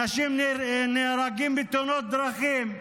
אנשים נהרגים בתאונות דרכים,